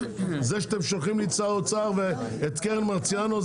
זה שאתם שולחים לי את שר האוצר ואת קרן מרציאנו,